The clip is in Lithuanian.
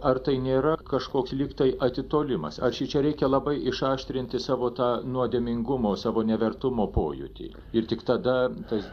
ar tai nėra kažkoks lyg tai atitolimas ar šičia reikia labai išaštrinti savo tą nuodėmingumo savo nevertumo pojūtį ir tik tada tas